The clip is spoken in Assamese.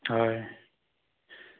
হয়